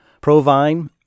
Provine